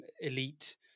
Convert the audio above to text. elite